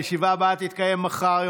הישיבה הבאה תהיה מחר,